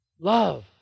Love